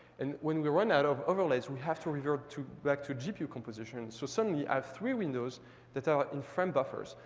and when we run out of overlays, we have to revert back to gpu composition. so suddenly, i have three windows that are in frame buffers.